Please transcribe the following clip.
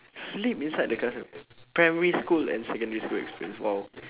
sleep inside the classroom primary school and secondary school experience !wow!